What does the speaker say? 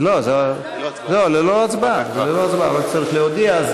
ללא הצבעה, רק צריך להודיע.